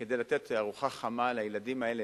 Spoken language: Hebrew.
כדי לתת ארוחה חמה לילדים האלה,